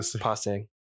passing